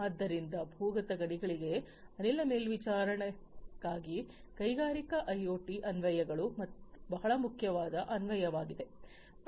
ಆದ್ದರಿಂದ ಭೂಗತ ಗಣಿಗಳಿಗೆ ಅನಿಲ ಮೇಲ್ವಿಚಾರಣೆಗಾಗಿ ಕೈಗಾರಿಕಾ ಐಒಟಿ ಅನ್ವಯಗಳು ಬಹಳ ಮುಖ್ಯವಾದ ಅನ್ವಯವಾಗಿದೆ